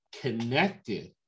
connected